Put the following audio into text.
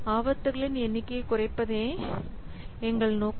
ஆபத்துகளின் எண்ணிக்கையை குறைப்பதே எங்கள் நோக்கம்